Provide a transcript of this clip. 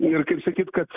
ir kaip sakyt kad